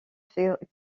fait